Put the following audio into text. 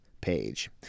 page